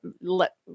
let